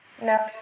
No